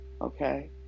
Okay